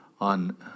on